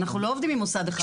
אנחנו לא עובדים עם מוסד אחד.